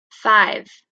five